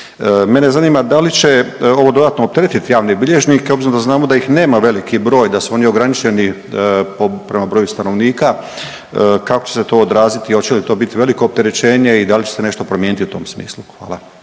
Mene zanima da li će ovo dodatno opteretiti javne bilježnike, obzirom da znamo da ih nema veliki broj, da su oni ograničeni prema broju stanovnika, kako će se to odraziti, hoće li to biti veliko opterećenje i da li će se nešto promijeniti u tom smislu? Hvala.